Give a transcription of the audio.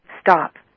stop